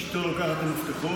אני לא יכולה לעמוד במתח,